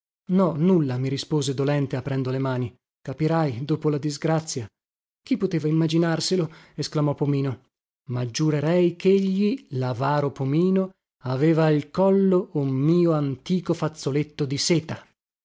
no nulla mi rispose dolente aprendo le mani capirai dopo la disgrazia chi poteva immaginarselo esclamò pomino ma giurerei chegli lavaro pomino aveva al collo un mio antico fazzoletto di seta